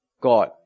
God